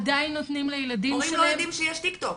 עדיין נותנים לילדים --- הורים לא יודעים שיש טיק טוק.